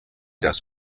das